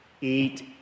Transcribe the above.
Eat